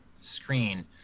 screen